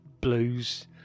blues